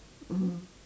mm